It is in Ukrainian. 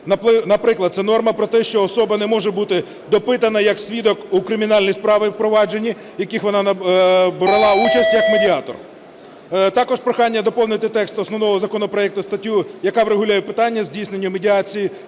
Наприклад, це норма про те, що особа не може бути допитана як свідок у кримінальній справі, у провадженні, у яких вона брала участь як медіатор. Також прохання доповнити текст основного законопроекту статтею, яка врегулює питання здійснення медіації